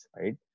right